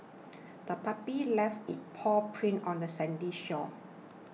the puppy left its paw prints on the sandy shore